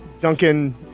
Duncan